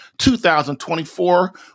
2024